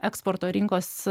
eksporto rinkos